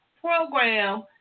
program